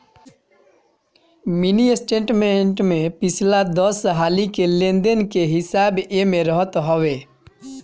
mini statement में पिछला दस हाली के लेन देन के हिसाब एमे रहत हवे